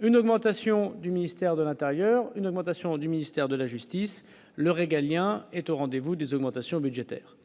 une augmentation du ministère de l'Intérieur, une augmentation du ministère de la justice, le régalien est au rendez-vous des augmentations budgétaires,